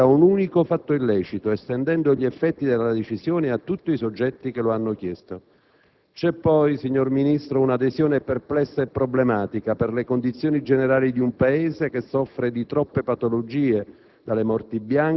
originate da un unico fatto illecito, estendendo gli effetti della decisione a tutti i soggetti che l'hanno chiesto. Vi è poi, signor Ministro, un'adesione perplessa e problematica per le condizioni generali di un Paese che soffre di troppe patologie